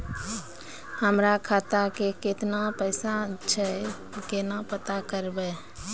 हमरा खाता मे केतना पैसा छै, केना पता करबै?